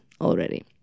already